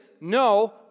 no